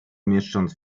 mieszcząc